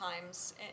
times